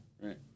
Right